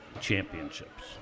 championships